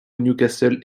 newcastle